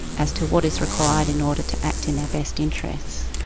as to what is required in order to act in their best interest.